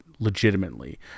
Legitimately